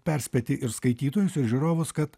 perspėti ir skaitytojus ir žiūrovus kad